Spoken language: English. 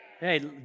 Hey